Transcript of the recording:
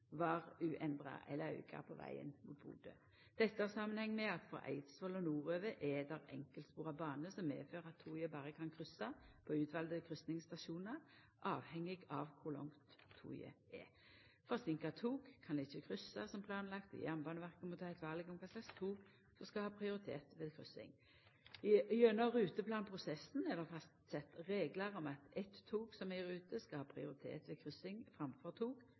uendra eller auka på vegen mot Bodø. Dette har samanheng med at frå Eidsvoll og nordover er det enkeltspora bane, som medfører at toga berre kan kryssa på utvalde kryssingsstasjonar avhengig av kor langt toget er. Forseinka tog kan ikkje kryssa som planlagt, og Jernbaneverket må ta eit val om kva slags tog som skal ha prioritet ved kryssing. Gjennom ruteplanprosessen er det fastsett reglar om at eit tog som er i rute, skal ha prioritet ved kryssing framfor